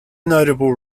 notable